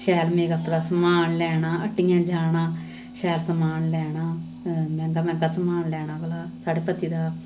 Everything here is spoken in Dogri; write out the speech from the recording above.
शैल मेकअप दा समान लैना हट्टियें जाना शैल समान लैना अ मैंह्गा मैंह्गा समान लैना भला साढ़े पति दा